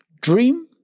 Dream